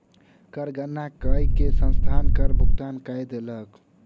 कर गणना कय के संस्थान कर भुगतान कय देलक